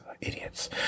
idiots